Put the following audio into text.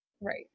right